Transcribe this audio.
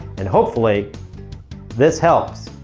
and hopefully this helps.